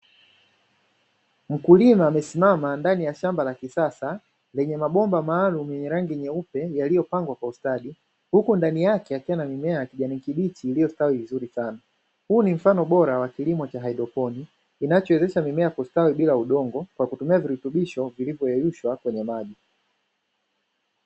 Mkulima amesimama ndani ya shamba la kisasa lenye mabomba maalumu yenye rangi nyeupe yaliyopangwa kwa ustadi, huku ndani yake yakiwa na mimea ya kijani kibichi iliyostawi vizuri sana. Huu ni mfano bora wa kilimo cha haidroponi, kinachowezesha mimea kustawi bila udongo kwa kutumia virutubisho vilivyoyeyushwa kwenye maji.